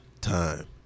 time